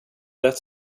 lätt